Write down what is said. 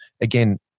again